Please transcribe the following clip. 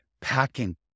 packing